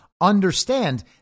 understand